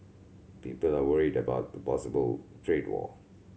people are worried about a possible trade war